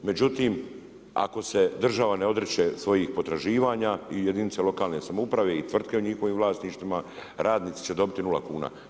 Međutim ako se država ne odriče svojih potraživanja i jedinice lokalne samouprave i tvrtke u njihovim vlasništvima radnici će dobiti nula kuna.